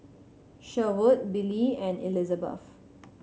Sherwood Billy and Elizebeth